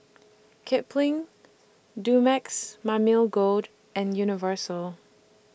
Kipling Dumex Mamil Gold and Universal